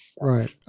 Right